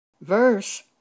Verse